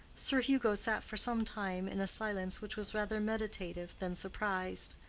sir hugo sat for some time in a silence which was rather meditative than surprised.